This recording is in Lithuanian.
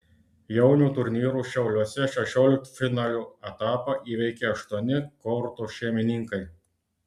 jaunių turnyro šiauliuose šešioliktfinalio etapą įveikė aštuoni korto šeimininkai